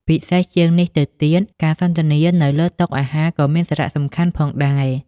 ពិសេសជាងនេះទៅទៀត ការសន្ទនានៅលើតុអាហារក៏មានសារៈសំខាន់ផងដែរ។